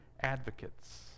advocates